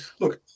look